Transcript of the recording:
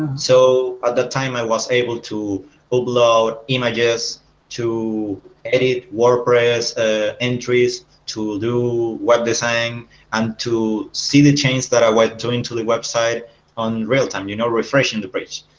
so at the time i was able to upload images to edit wordpress ah entries to do web design and to see the change that i went to into the website on real time you know refreshing the page,